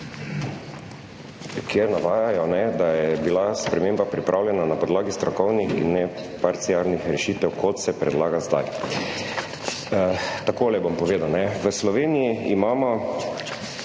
kjer navajajo, da je bila sprememba pripravljena na podlagi strokovnih in ne parcialnih rešitev kot se predlaga sedaj. Takole bom povedal. V Sloveniji imamo